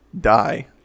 die